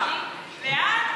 לאן?